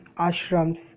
ashrams